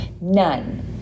none